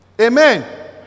Amen